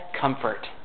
comfort